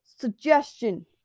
SUGGESTION